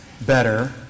better